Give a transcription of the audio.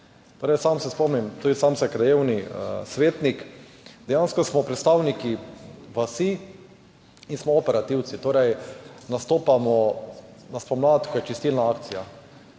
Sam se spomnim, tudi sam sem krajevni svetnik, dejansko smo predstavniki vasi in smo operativci, torej nastopamo spomladi, ko je čistilna akcija,